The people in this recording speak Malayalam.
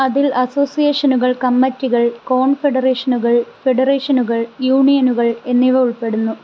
അതിൽ അസോസിയേഷനുകൾ കമ്മിറ്റികൾ കോൺഫെഡറേഷനുകൾ ഫെഡറേഷനുകൾ യൂണിയനുകൾ എന്നിവ ഉൾപ്പെടുന്നു